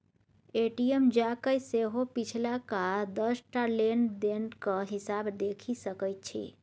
ATM जाकए सेहो पिछलका दस टा लेन देनक हिसाब देखि सकैत छी